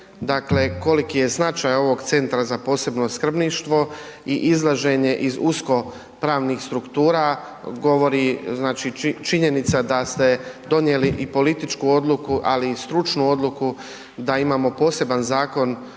koliki je značaj ovog Centra za posebno skrbništvo i izlaženje iz usko pravnih struktura govori činjenica da ste donijeli političku odluku, ali i stručnu odluku da imamo poseban zakon